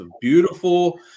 beautiful